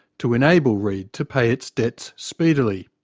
to enable reed to pay its debts speedily.